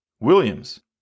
Williams